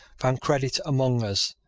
found credit among us,